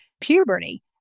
puberty